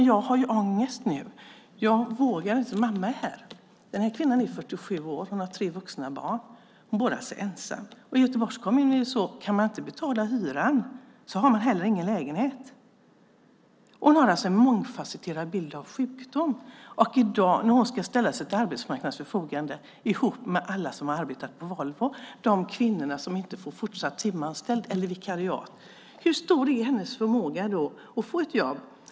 Jag har ju ångest nu. Jag vågar inte. Mamma är här. Den här kvinnan är 47 år och har tre vuxna barn. Hon bor alltså ensam. I Göteborgs kommun är det så att om man inte kan betala hyran har man ingen lägenhet. Hon har alltså en mångfasetterad sjukdom. Nu ska hon ställa sig till arbetsmarknadens förfogande tillsammans med alla som har arbetat på Volvo - alla de kvinnor som inte får fortsatt timanställning eller vikariat. Hur stor är hennes möjlighet att få ett jobb?